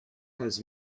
has